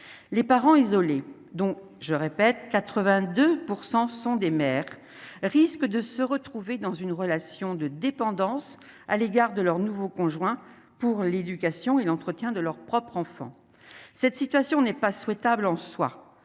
les parents isolés, dont je répète 82 E % sont des mères risquent de se retrouver dans une relation de dépendance à l'égard de leur nouveau conjoint pour l'éducation et l'entretien de leurs propres enfants, cette situation n'est pas souhaitable en soi,